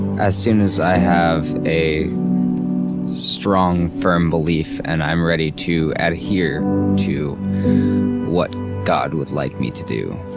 as soon as i have a strong, firm belief and i'm ready to adhere to what god would like me to do.